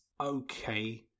okay